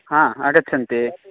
हा आगछन्ति